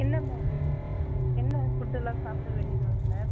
இல்லை மேம் என்ன ஃபுட்டைலாம் சாப்பிட வேண்டியது வரும் மேம்